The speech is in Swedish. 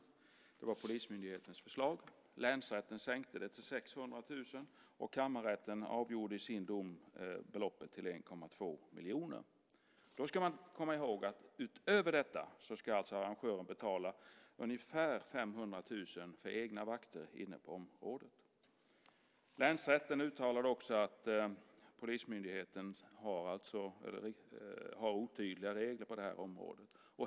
Det var polismyndighetens förslag. Länsrätten sänkte det till 600 000, och kammarrätten avgjorde i sin dom beloppet till 1,2 miljoner. Då ska man komma ihåg att utöver detta ska arrangören betala ungefär 500 000 för egna vakter inne på området. Länsrätten uttalade att polismyndigheten har otydliga regler på det här området.